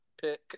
pick